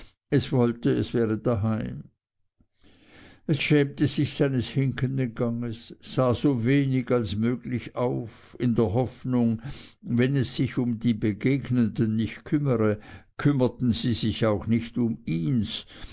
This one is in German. es wollte es wäre daheim es schämte sich seines hinkenden ganges sah so wenig als möglich auf in der hoffnung wenn es sich um die begegnenden nicht kümmere kümmerten sie sich auch nicht um ihns